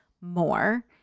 more